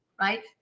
right